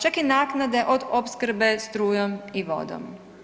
Čak i naknade od opskrbe strujom i vodom.